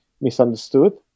misunderstood